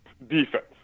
defense